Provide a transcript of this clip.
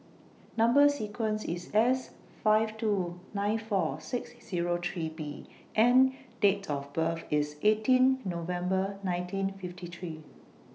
Number sequence IS S five two nine four six Zero three B and Date of birth IS eighteen November nineteen fifty three